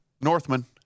Northman